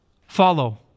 follow